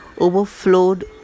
overflowed